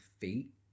feet